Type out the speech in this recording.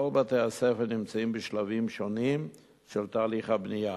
כל בתי-הספר נמצאים בשלבים שונים של תהליך הבנייה.